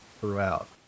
throughout